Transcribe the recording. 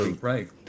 Right